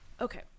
Okay